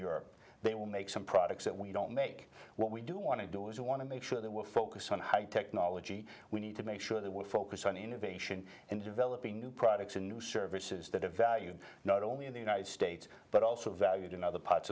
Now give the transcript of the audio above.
europe they will make some products that we don't make what we do want to do is we want to make sure that we're focused on high technology we need to make sure that we focus on innovation in developing new products and new services that have value not only in the united states but also valued in other parts